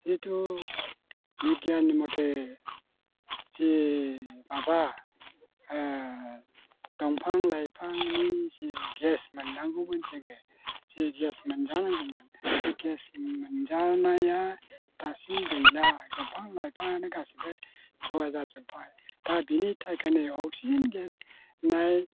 जिहेतु बिगियाननि मथै जि माबा दंफां लाइफांनि जि गेस मोननांगौमोन जोङो जि गेस मोनजानांगौमोन बे गेस मोनजानाया दासिम गैला दंफां लाइफाङानो गासैबो धुवा जाजोब्बाय दा बेनि थाखायनो अक्सिजेन गेस होननाय